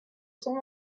cent